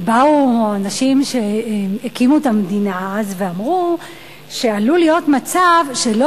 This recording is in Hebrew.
באו האנשים שהקימו את המדינה אז ואמרו שעלול להיות מצב שלא